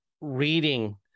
reading